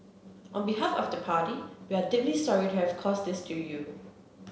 on behalf of the party we are deeply sorry to have caused this to you